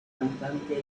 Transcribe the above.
cantante